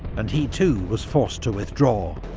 and he too was forced to withdraw.